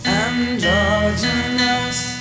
androgynous